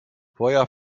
feuer